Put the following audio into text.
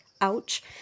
Ouch